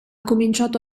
cominciato